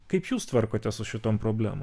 kaip jūs tvarkotės su šitom problemom